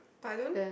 but I don't